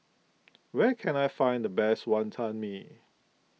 where can I find the best Wantan Mee